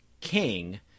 King